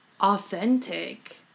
authentic